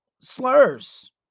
slurs